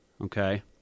Okay